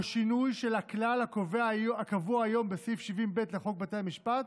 שינוי של הכלל הקבוע היום בסעיף 70(ב) לחוק בתי המשפט,